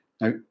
Now